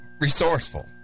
resourceful